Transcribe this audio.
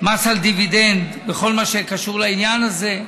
מס על דיבידנד וכל מה שקשור לעניין הזה.